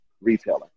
retailer